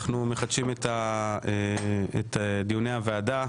אנחנו מחדשים את דיוני הוועדה.